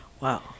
wow